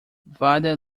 wada